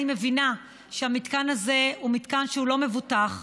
אני מבינה שהמתקן הזה הוא מתקן שהוא לא מבוטח,